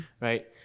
right